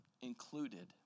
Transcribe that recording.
included